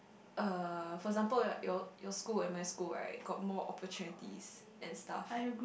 uh for example like your your school and my school right got more opportunities and stuff